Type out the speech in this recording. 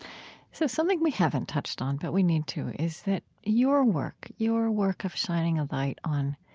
so something we haven't touched on, but we need to, is that your work, your work of shining a light on